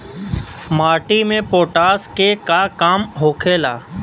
माटी में पोटाश के का काम होखेला?